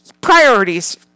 priorities